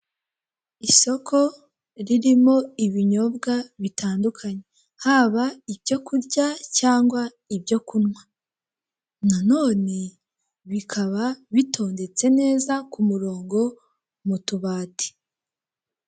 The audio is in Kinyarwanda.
Isoko ririmo ibinyobwa bitandukanye, haba ibyo kurya cyangwa ibyo kunywa; na none bikaba bitondetse neza ku murongo mu tubati.